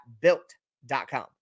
Built.com